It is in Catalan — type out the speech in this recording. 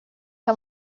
que